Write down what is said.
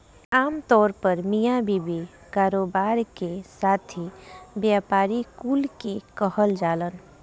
आमतौर पर मिया बीवी, कारोबार के साथी, व्यापारी कुल के कहल जालन